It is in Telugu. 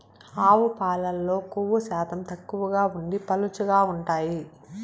ఆవు పాలల్లో కొవ్వు శాతం తక్కువగా ఉండి పలుచగా ఉంటాయి